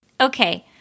Okay